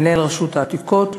מנהל רשות העתיקות,